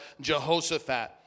Jehoshaphat